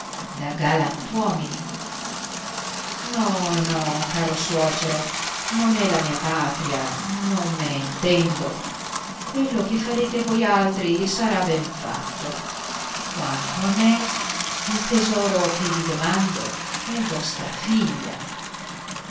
da galantuomini no no caro suocero non è la mia partita non me ne intendo quello che farete voialtri sarà ben fatto quanto a me il tesoro che vi domando è vostra figlia